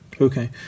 Okay